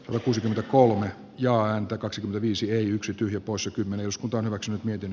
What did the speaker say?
l kuusikymmentäkolme ja antoi kaksi viisi yksi tyhjä poissa kymmenen uskotaan omaksunut miten